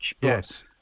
Yes